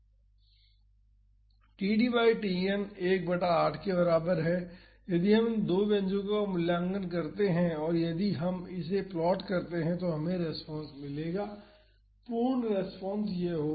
td बाई Tn 1 बटा 8 के बराबर है यदि हम इन दो व्यंजको का मूल्यांकन करते हैं और यदि हम इसे प्लॉट करते हैं तो हमें रेस्पॉन्स मिलेगा पूर्ण रेस्पॉन्स यह होगा